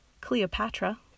cleopatra